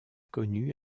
connu